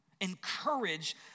encourage